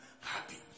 happy